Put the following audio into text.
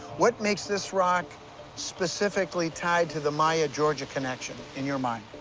what makes this rock specifically tied to the maya-georgia connection, in your mind?